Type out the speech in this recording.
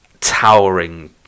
towering